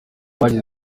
bagize